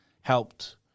helped